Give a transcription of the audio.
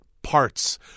parts